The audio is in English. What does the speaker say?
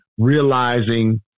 Realizing